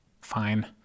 Fine